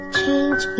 change